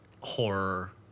horror